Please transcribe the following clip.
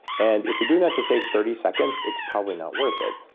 and if you're doing that to save thirty seconds it's probably not worth it.